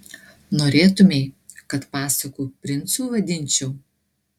norėtumei kad pasakų princu vadinčiau